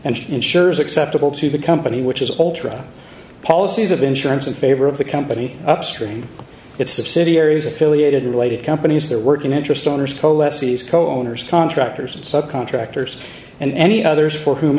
and insurers acceptable to the company which is altria policies of insurance in favor of the company upstream it's subsidiaries affiliated related companies they're working interest owners co owners contractors and subcontractors and any others for whom